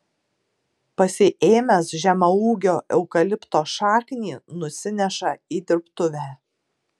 pasiėmęs žemaūgio eukalipto šaknį nusineša į dirbtuvę